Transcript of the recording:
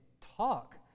talk